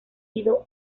sido